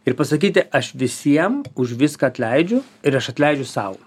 ir pasakyti aš visiem už viską atleidžiu ir aš atleidžiu sau